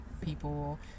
people